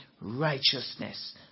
righteousness